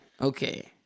Okay